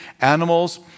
animals